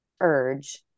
urge